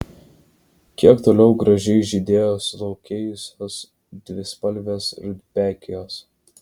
kiek toliau gražiai žydėjo sulaukėjusios dvispalvės rudbekijos